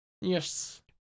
Yes